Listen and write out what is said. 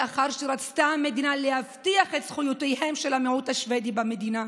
לאחר שרצתה המדינה להבטיח את זכויות המיעוט השבדי במדינה.